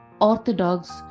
Orthodox